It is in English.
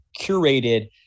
curated